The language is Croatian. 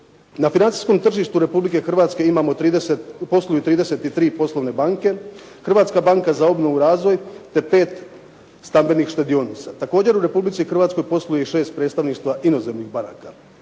Na financijskom tržištu Republike Hrvatske imamo 30, posluju 33 poslovne banke; Hrvatska banka za obnovu i razvoj te 5 stambenih štedionica. Također u Republici Hrvatskoj posluje i 6 predstavništva inozemnih banaka.